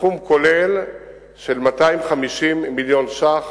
בסכום כולל של 250 מיליון שקלים.